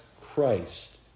Christ